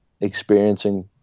experiencing